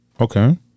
Okay